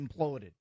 imploded